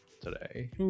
today